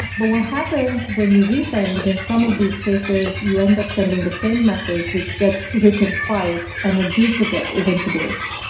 but what happens when you resend is in some of these cases you end up sending the same message which gets written twice and a duplicate introduced.